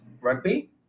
rugby